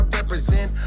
represent